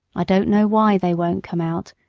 i don't know why they won't come out,